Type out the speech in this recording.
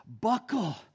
buckle